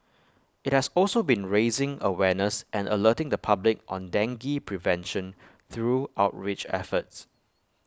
IT has also been raising awareness and alerting the public on dengue prevention through outreach efforts